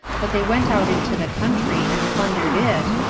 but they went out into the country, and plundered it,